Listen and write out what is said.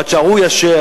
עד שההוא יאשר,